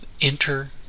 Enter